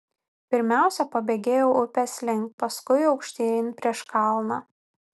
pirmiausia pabėgėjau upės link paskui aukštyn prieš kalną